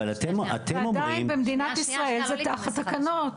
אבל אתם אומרים --- ועדיין במדינת ישראל זה תחת תקנות.